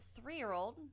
three-year-old